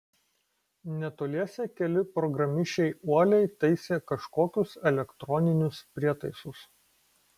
netoliese keli programišiai uoliai taisė kažkokius elektroninius prietaisus